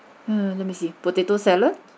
um let me see potato salad